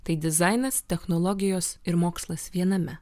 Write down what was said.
tai dizainas technologijos ir mokslas viename